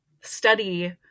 study